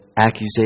accusation